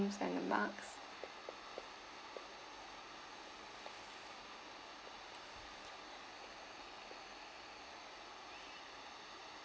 and the mugs